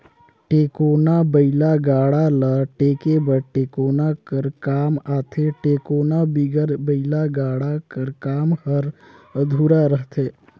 टेकोना बइला गाड़ा ल टेके बर टेकोना कर काम आथे, टेकोना बिगर बइला गाड़ा कर काम हर अधुरा रहथे